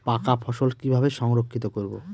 পাকা ফসল কিভাবে সংরক্ষিত করব?